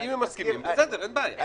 אם הם מסכימים, בסדר אין בעיה.